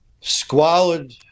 Squalid